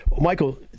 Michael